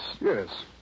Yes